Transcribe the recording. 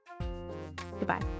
Goodbye